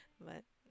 but